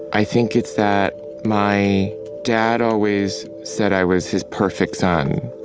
i think it's that my dad always said i was his perfect son.